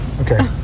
Okay